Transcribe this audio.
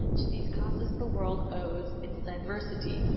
to these causes the world owes its diversity,